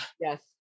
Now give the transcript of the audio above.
Yes